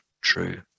True